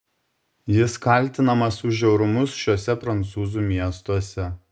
jis kaltinamas už žiaurumus šiuose prancūzų miestuose